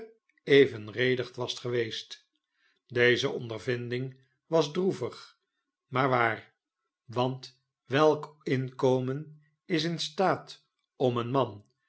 geevenredigd was geweest deze ondervinding was droevig maar waar want welk inkomen is in staat om een man